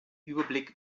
überblick